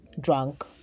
drunk